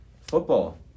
football